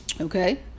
Okay